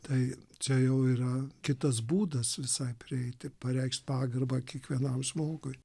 tai čia jau yra kitas būdas visai prieiti pareikšt pagarbą kiekvienam žmogui